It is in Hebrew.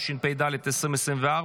התשפ"ד 2024,